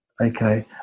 Okay